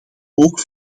ook